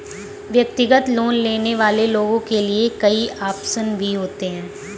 व्यक्तिगत लोन लेने वाले लोगों के लिये कई आप्शन भी होते हैं